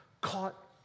caught